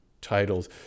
titles